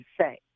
say